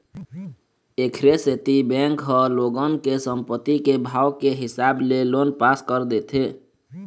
एखरे सेती बेंक ह लोगन के संपत्ति के भाव के हिसाब ले लोन पास कर देथे